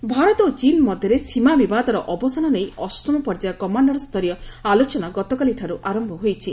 ବିପିନ୍ ରାଓ୍ୱତ ଭାରତ ଓ ଚୀନ ମଧ୍ୟରେ ସୀମା ବିବାଦର ଅବସାନ ନେଇ ଅଷ୍ଟମ ପର୍ଯ୍ୟାୟ କମାଣ୍ଡର ସ୍ଥରୀୟ ଆଲୋଚନା ଗତକାଲି ଠାରୁ ଆରମ୍ଭ ହୋଇଛି